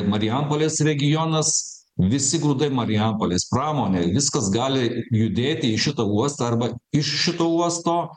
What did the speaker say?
marijampolės regionas visi grūdai marijampolės pramonė viskas gali judėti į šitą uostą arba iš šito uosto